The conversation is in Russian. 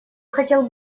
хотел